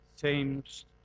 seems